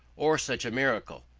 or such a miracle,